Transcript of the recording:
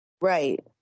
Right